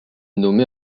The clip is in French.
nommée